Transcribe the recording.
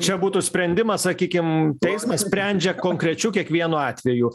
čia būtų sprendimas sakykim teismas sprendžia konkrečiu kiekvienu atveju